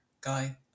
guy